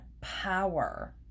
power